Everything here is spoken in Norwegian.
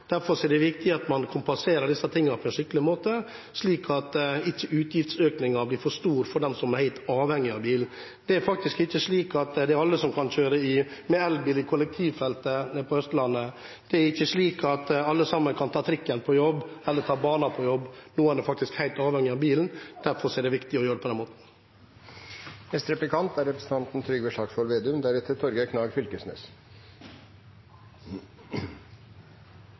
Derfor er det viktig at man kompenserer dette på en skikkelig måte, slik at ikke utgiftsøkningen blir for stor for dem som er helt avhengige av bil. Det er faktisk ikke slik at alle kan kjøre elbil i kollektivfelt på Østlandet. Det er ikke slik at alle kan ta trikken på jobb, eller ta banen på jobb. Noen er faktisk helt avhengige av bilen. Derfor er det viktig å gjøre det på den måten.